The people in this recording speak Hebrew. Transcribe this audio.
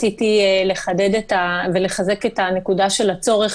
רציתי לחדד ולחזק את הנקודה של הצורך